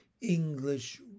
English